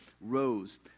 rose